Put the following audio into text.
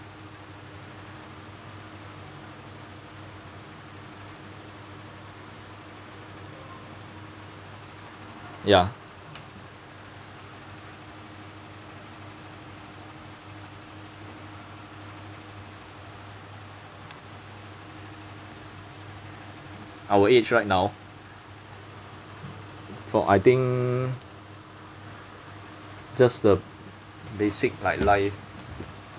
ya our age right now for I think just the basic like life